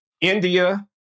India